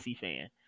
fan